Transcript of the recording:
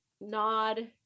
nod